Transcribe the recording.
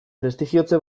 prestigiotze